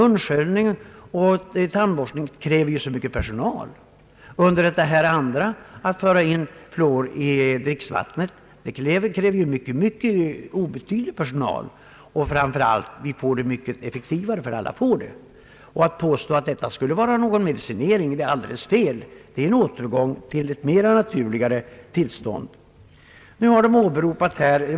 Munsköljning och tandborstning kräver mycket personal, att tillsätta fluor i dricksvattnet kräver en mycket obetydlig personal och blir ändock mycket effektivare därför att alla får det. Jag upprepar: Att påstå att detta skulle vara medicinering är alldeles fel. Det är en återgång till ett mera naturligt tillstånd.